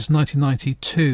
1992